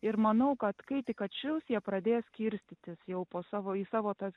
ir manau kad kai tik atšils jie pradės skirstytis jau po savo į savo tas